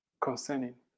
concerning